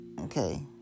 Okay